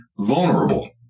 vulnerable